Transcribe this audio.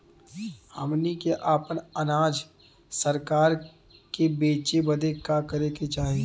हमनी के आपन अनाज सरकार के बेचे बदे का करे के चाही?